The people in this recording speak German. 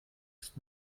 ist